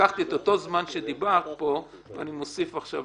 לקחתי את אותו זמן שדיברת פה ואני מוסיף לדיון.